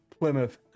Plymouth